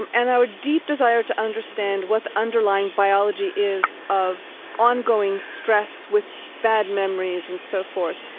and and our deep desire to understand what the underlying biology is of ongoing stress with bad memories and so forth.